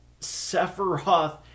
Sephiroth